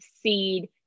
seed